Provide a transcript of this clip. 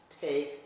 Take